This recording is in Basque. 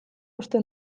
uste